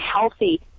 healthy